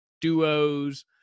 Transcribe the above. duos